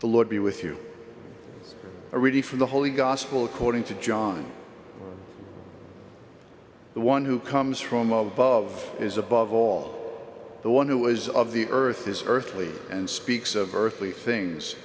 the lord be with you are ready for the holy gospel according to john the one who comes from above is above all the one who is of the earth is earthly and speaks of earthly things